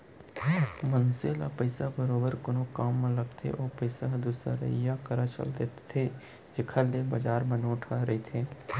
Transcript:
मनसे ल पइसा बरोबर कोनो काम म लगथे ओ पइसा ह दुसरइया करा चल देथे जेखर ले बजार म नोट ह रहिथे